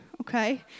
okay